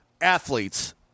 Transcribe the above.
athletes